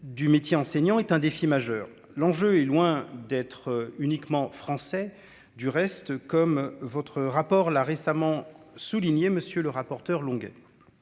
du métier enseignant est un défi majeur, l'enjeu est loin d'être uniquement français, du reste, comme votre rapport l'a récemment souligné monsieur le rapporteur longue